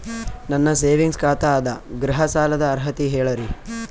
ನನ್ನ ಸೇವಿಂಗ್ಸ್ ಖಾತಾ ಅದ, ಗೃಹ ಸಾಲದ ಅರ್ಹತಿ ಹೇಳರಿ?